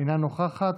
אינה נוכחת,